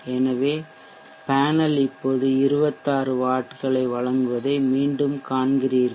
எனவே பேனல் இப்போது 26 வாட்களை வழங்குவதை மீண்டும் காண்கிறீர்கள்